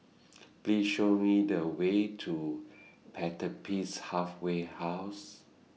Please Show Me The Way to Pertapis Halfway House